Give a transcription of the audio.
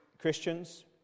Christians